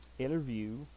interview